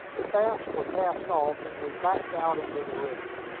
the fasts were cast off, and we backed out into the river.